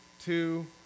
two